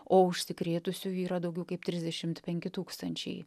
o užsikrėtusiųjų yra daugiau kaip trisdešimt penki tūkstančiai